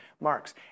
marks